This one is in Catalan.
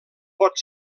pot